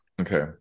Okay